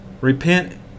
repent